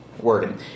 wording